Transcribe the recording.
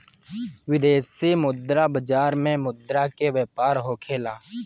विदेशी मुद्रा बाजार में मुद्रा के व्यापार होखेला